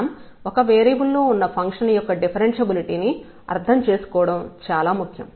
మనం ఒక వేరియబుల్ లో ఉన్న ఫంక్షన్ యొక్క డిఫరెన్షబులిటీ ని అర్థం చేసుకోవడం చాలా ముఖ్యం